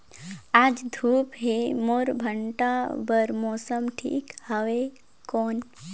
आज धूप हे मोर भांटा बार मौसम ठीक हवय कौन?